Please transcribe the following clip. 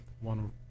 One